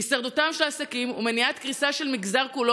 הישרדותם של העסקים ומניעת קריסה של המגזר כולו